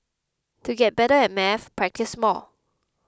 to get better at maths practise more